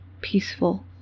peaceful